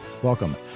Welcome